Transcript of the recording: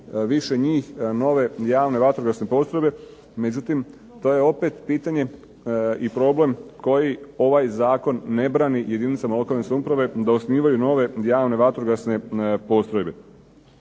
više njih, nove javne vatrogasne postrojbe, međutim, to je opet pitanje i problem koji ovaj Zakon ne brani jedinicama lokalne samouprave da osnivaju nove javne vatrogasne postrojbe.